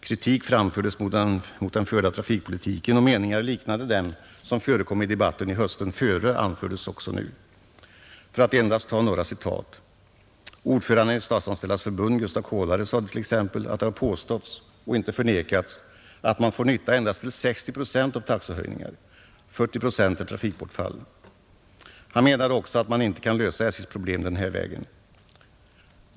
Kritik framfördes mot den förda trafikpolitiken, och meningar liknande dem som förekom i debatten hösten före anfördes också nu, För att endast ta några citat, så sade t.ex. ordföranden i Statsanställdas förbund, Gustaf Kolare, att det har påståtts — och inte förnekats — att man får nytta endast till 60 procent av taxehöjningar. 40 procent är trafikbortfall. Han menade också att man inte kan lösa SJ:s problem den här vägen.